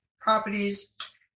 properties